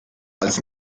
als